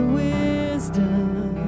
wisdom